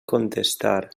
contestar